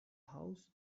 houses